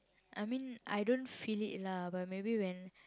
I mean I don't feel it lah but maybe when